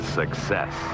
success